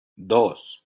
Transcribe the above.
dos